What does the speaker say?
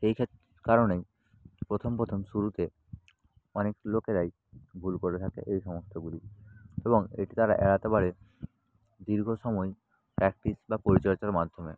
এই কারণেই প্রথম প্রথম শুরুতে অনেক লোকেরাই ভুল করে থাকে এই সমস্তগুলি এবং এটি তারা এড়াতে পারে দীর্ঘ সময় প্র্যাকটিস বা পরিচর্যার মাধ্যমে